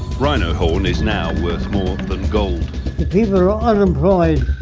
rhino horn is now worth more than gold. if people are ah unemployed,